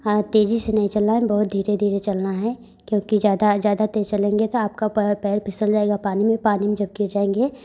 हाँ तेज़ी से नहीं चलना बहुत धीरे धीरे चलना है क्योंकि ज़्यादा आ जाएगा तो चलेंगे तो आपका पूरा पैर फिसल जाएगा पानी में पानी में जब गिर जाएँगे